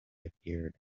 appeared